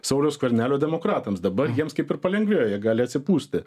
sauliaus skvernelio demokratams dabar jiems kaip ir palengvėjo jie gali atsipūsti